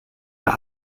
mehr